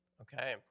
Okay